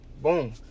boom